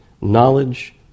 knowledge